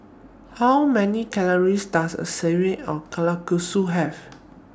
How Many Calories Does A Serving of Kalguksu Have